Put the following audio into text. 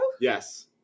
yes